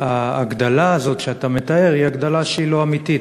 ההגדלה הזו שאתה מתאר היא הגדלה שהיא לא אמיתית,